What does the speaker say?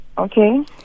Okay